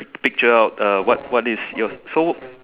picture out uh what what is yours so